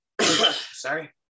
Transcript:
sorry